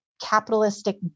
capitalistic